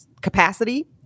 capacity